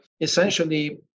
essentially